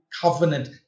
covenant